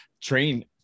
train